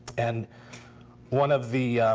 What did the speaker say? and one of the